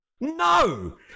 no